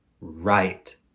right